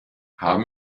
haben